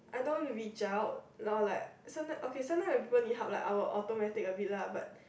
I don't reach out or like sometime okay sometimes when people need help I'll be automatic a bit lah but like